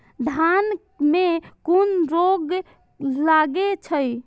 धान में कुन रोग लागे छै?